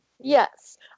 Yes